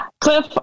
Cliff